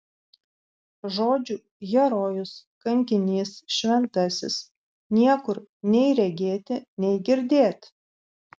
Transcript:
žodžių herojus kankinys šventasis niekur nei regėti nei girdėt